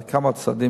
אחד צועק,